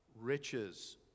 riches